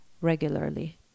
regularly